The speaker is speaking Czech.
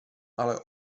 ale